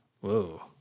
Whoa